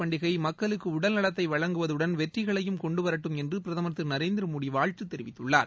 பண்டிகை மக்களுக்கு உடல்நலத்தை வழங்குவதுடன் வெற்றிகளையும் கொண்டுவரட்டும் என்று பிரதமர் திரு நரேந்திரமோடி வாழ்த்து தெரிவித்துள்ளார்